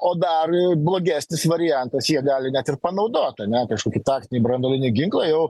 o dar blogesnis variantas jie gali net ir panaudot ane kažkokį taktinį branduolinį ginklą jau